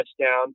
touchdown